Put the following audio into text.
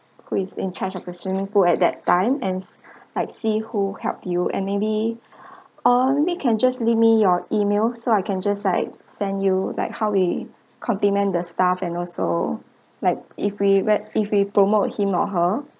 who is in charge of the swimming pool at that time and like see who helped you and maybe or maybe can just leave me your email so I can just like send you like how we compliment the staff and also like if we read if we promote him or her